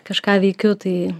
kažką veikiu tai